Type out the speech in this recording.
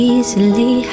Easily